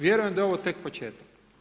Vjerujem da je ovo tek početak.